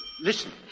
Listen